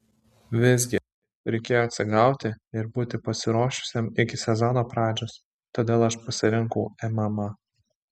visgi reikėjo atsigauti ir būti pasiruošusiam iki sezono pradžios todėl aš pasirinkau mma